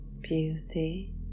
beauty